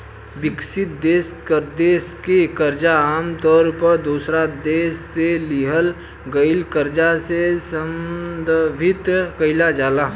विकासशील देश के कर्जा आमतौर पर दोसरा देश से लिहल गईल कर्जा से संदर्भित कईल जाला